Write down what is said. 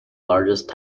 largest